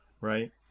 right